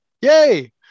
yay